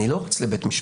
אני לא רץ לבית המשפט.